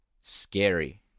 scary